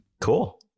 Cool